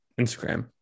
Instagram